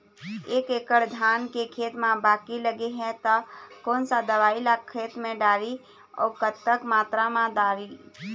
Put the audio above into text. एक एकड़ धान के खेत मा बाकी लगे हे ता कोन सा दवई ला खेत मा डारी अऊ कतक मात्रा मा दारी?